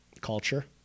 Culture